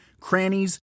crannies